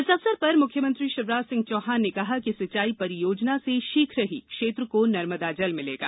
इस अवसर पर मुख्यमंत्री शिवराज सिंह चौहान ने कहा कि सिंचाई परियोजना से शीघ ही क्षेत्र को नर्मदा जल मिलेगा